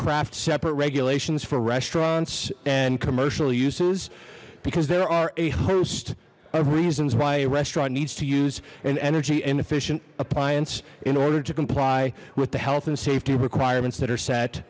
craft separate regulations for restaurants and commercial uses because there are a host of reasons why a restaurant needs to use an energy inefficient appliance in order to comply with the health and safety requirements that are set